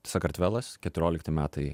sakartvelas keturiolikti metai